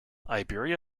iberia